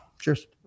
Cheers